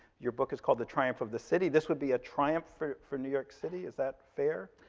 your book is called the triumph of the city, this would be a triumph for for new york city is that fair?